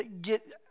get